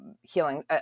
healing